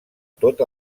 tot